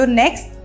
next